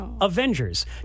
Avengers